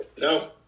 No